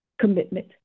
commitment